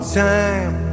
time